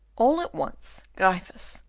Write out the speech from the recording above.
all at once, gryphus,